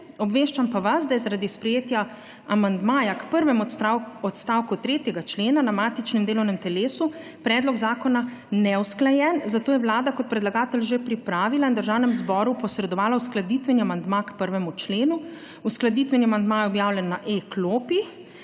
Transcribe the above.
obveščam pa vas, da je zaradi sprejetja amandmaja k prvemu odstavku 3. člena na matičnem delovnem telesu predlog zakona neusklajen, zato je Vlada kot predlagatelj že pripravila in Državnemu zboru posredovala uskladitveni amandma k 1. členu. Uskladitveni amandma je objavljen na e-klopi.